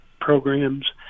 programs